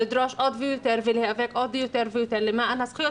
לדרוש עוד יותר ולהיאבק יותר ויותר למען הזכויות.